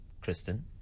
Kristen